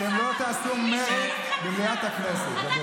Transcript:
אתם לא תעשו מרד במליאת הכנסת.